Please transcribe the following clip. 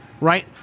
right